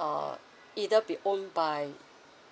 err either be owned by